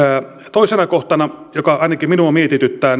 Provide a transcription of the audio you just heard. toisena kohtana joka ainakin minua mietityttää